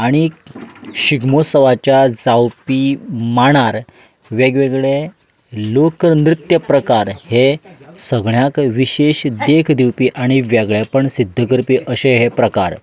आनी शिगमोत्सवाच्या जावपी मांडार वेगवेगळे लोकनृत्य प्रकार हे सगळ्यांकूय विशेश देख दिवपी आनी वेगळेपण सिध्द करपी अशे हे प्रकार